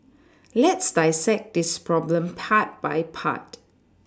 let's dissect this problem part by part